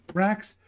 racks